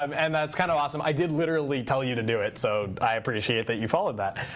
um and that's kind of awesome. i did literally tell you to do it. so i appreciate that you followed that.